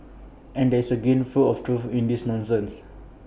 and there is A grain full of truth in this nonsense